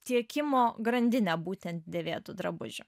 tiekimo grandinė būtent dėvėtų drabužių